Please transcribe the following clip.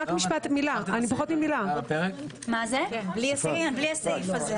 רק מילה- ----- בלי הסעיף הזה,